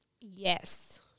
Yes